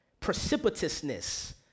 precipitousness